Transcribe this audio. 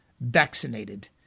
vaccinated